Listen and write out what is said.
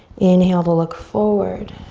inhale to look forward.